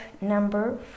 number